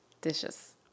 Dishes